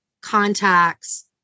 contacts